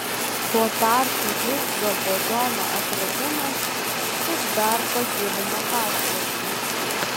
tuo tarpu higso bozono atradimas tik dar pagilino paslaptį